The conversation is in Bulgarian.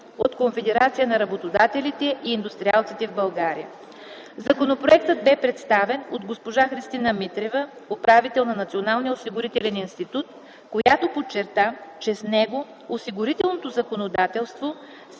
от Конфедерацията на работодателите и индустриалците в България и други. Законопроектът бе представен от госпожа Христина Митрева - управител на Националния осигурителен институт, която подчерта, че с него осигурителното законодателство